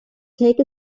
take